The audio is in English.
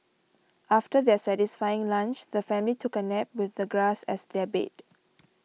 after their satisfying lunch the family took a nap with the grass as their bed